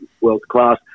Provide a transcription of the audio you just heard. world-class